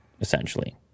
essentially